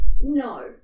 No